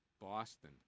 Boston